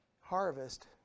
harvest